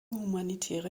humanitäre